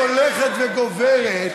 והאופוזיציה